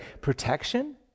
Protection